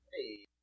Hey